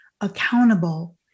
accountable